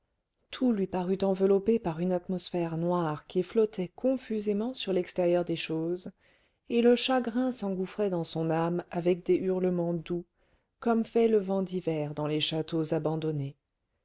tout lui parut enveloppé par une atmosphère noire qui flottait confusément sur l'extérieur des choses et le chagrin s'engouffrait dans son âme avec des hurlements doux comme fait le vent d'hiver dans les châteaux abandonnés